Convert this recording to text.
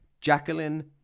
Jacqueline